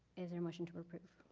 is there a motion to approve?